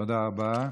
תודה רבה.